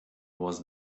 was